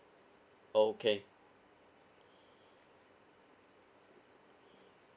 okay